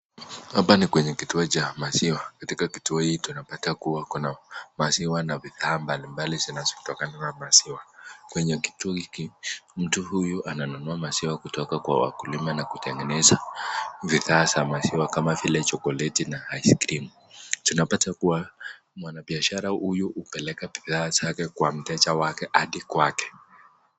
Hapa ni kwenye kituo cha maziwa katika kituo hii tunapata kuwa kuna maziwa na bidhaa mbali mbali zinazotokana na maziwa. Kwenye kituo hiki, mtu huyu ananunua maziwa kutoka kwa wakulima na anatengeneza bidhaa za maziwa kama vile chokoleti na ice cream . Tunapata kuwa mwanabiashara huyu hupeleka bidhaa zake kwa mteja wake hadi kwake.